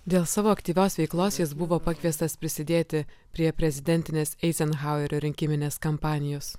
dėl savo aktyvios veiklos jis buvo pakviestas prisidėti prie prezidentinės eizenhauerio rinkiminės kampanijos